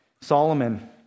Solomon